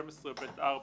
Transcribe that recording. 12(ב)(4),